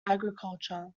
agriculture